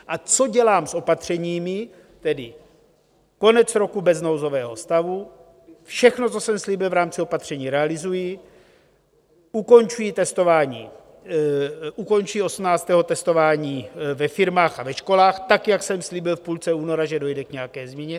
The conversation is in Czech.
A co dělám s opatřeními: tedy konec roku bez nouzového stavu, všechno, co jsem slíbil v rámci opatření, realizuji, ukončuji testování, ukončuji osmnáctého testování ve firmách a ve školách, tak jak jsem slíbil v půlce února, že dojde k nějaké změně.